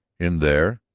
in there,